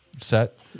set